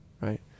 Right